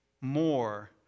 more